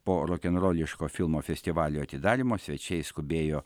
po rokenroliško filmo festivalio atidarymo svečiai skubėjo